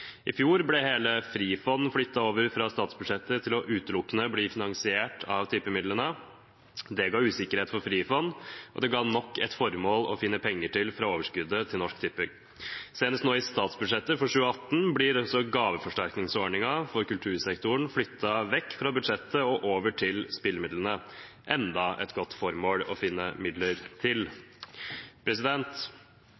I fjor ble hele Frifond flyttet over fra statsbudsjettet til å bli finansiert utelukkende av tippemidlene. Det ga usikkerhet for Frifond, og det ga nok et formål å finne penger til fra overskuddet til Norsk Tipping. Senest nå i statsbudsjettet for 2018 blir gaveforsterkningsordningen for kultursektoren flyttet vekk fra budsjettet og over til spillemidlene – enda et godt formål å finne midler til.